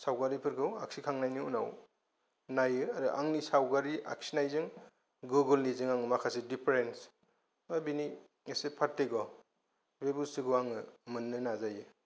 सावगारिफोरखौ आखि खांनायनि उनाव नायो आरो आंनि सावगारि आखिनायजों गुबुननिजों आं माखासे डिफारेन्ट्स बा बिनि मोनसे फारथइग' बे बुसथुखौ आं मोननो नाजायो